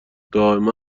دائما